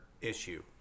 issue